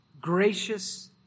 gracious